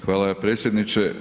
Hvala predsjedniče.